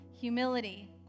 humility